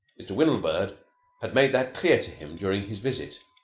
mr. windlebird had made that clear to him during his visit.